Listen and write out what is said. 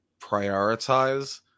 prioritize